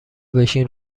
بشین